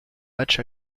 match